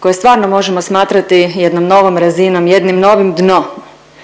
koji stvarno možemo smatrati jednom novom razinom, jednim novim dnom.